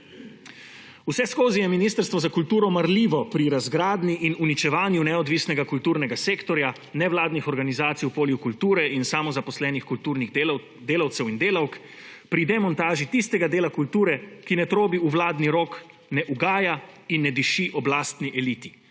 Vseskozi je ministrstvo za kulturo marljivo pri razgradnji in uničevanju neodvisnega kulturnega sektorja nevladnih organizacij v polju kulture in samozaposlenih kulturnih delavcev in delavk pri demontaži tistega dela kulture, ki ne trobi v vladni rog, ne ugaja in ne diši oblastni eliti,